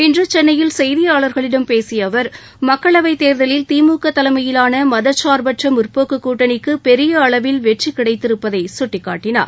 இன்று சென்னையில் செய்தியாளர்களிடம் பேசிய அவர் மக்களவைத் தேர்தலில் திமுக தலைமையிலான மதச்சார்பற்ற முற்போக்கு கூட்டணிக்கு பெரிய அளவில் வெற்றி கிடைத்திருப்பதை சுட்டிக்காட்டினார்